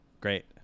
Great